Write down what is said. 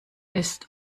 ist